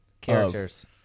characters